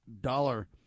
dollar